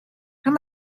how